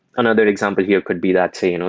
another example here could be that, say, you know